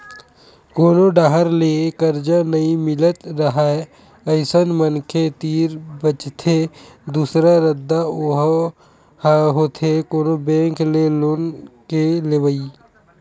कोनो डाहर ले करजा नइ मिलत राहय अइसन मनखे तीर बचथे दूसरा रद्दा ओहा होथे कोनो बेंक ले लोन के लेवई